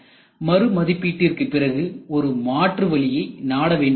மறு மதிப்பீட்டிற்கு பிறகு ஒரு மாற்று வழியை நாட வேண்டியுள்ளது